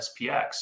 SPX